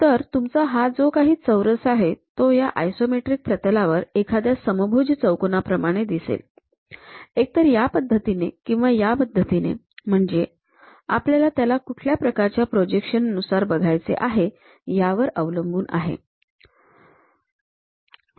तर तुमचा हा जो काही चौरस आहे तो या आयसोमेट्रिक प्रतलावर एखाद्या समभुज चौकोनाप्रमाणे दिसेल एकतर या पद्धतीने किंवा या पद्धतीने म्हन्जे आपल्याला त्याला कुठल्या प्रकारच्या प्रोजेक्शन नुसार बघायचे आहे यावर अवलंबून असते